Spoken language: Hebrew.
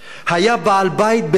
היה בעל-בית בלוב.